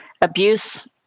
abuse